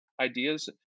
ideas